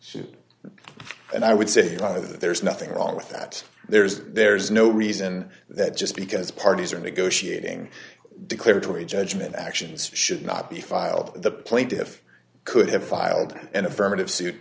ship and i would say that there's nothing wrong with that there's there's no reason that just because parties are negotiating declaratory judgment actions should not be filed the plaintiff could have filed an affirmative suit